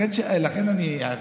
לכן הערתי.